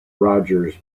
rogers